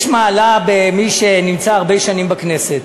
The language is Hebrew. יש מעלה במי שנמצא הרבה שנים בכנסת,